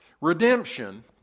redemption